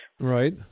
Right